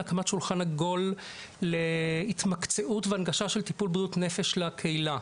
להקמת שולחן עגול להתמקצעות והנגשה של טיפול בריאות נפש לקהילה.